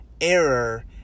error